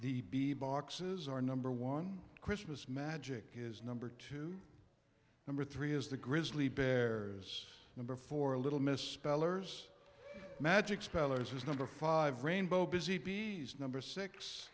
bee boxes are number one christmas magic is number two number three is the grizzly bears number four little miss spellers magic spell as his number five rainbow busy bees number six